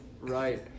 right